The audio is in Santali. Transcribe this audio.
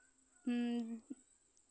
ᱦᱮᱸ